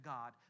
God